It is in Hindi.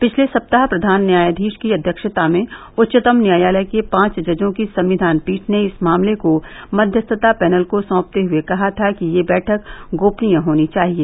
पिछले सप्ताह प्रधान न्यायाधीश की अध्यक्षता में उच्चतम न्यायालय के पांच जजों की संविधान पीठ ने इस मामले को मध्यस्थता पैनल को सौंपते हुए कहा था कि ये बैठक गोपनीय होनी चाहिए